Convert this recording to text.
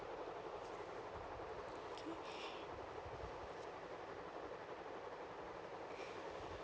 okay